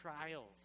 trials